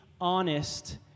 honest